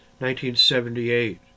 1978